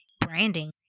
branding